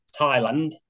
Thailand